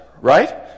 right